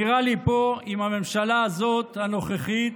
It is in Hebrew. נראה לי פה שעם הממשלה הזאת, הנוכחית,